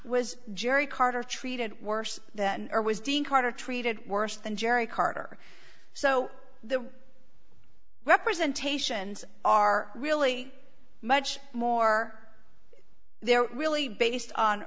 was jerry carter treated worse than or was dean carter treated worse than jerry carter so the representation are really much more they're really based on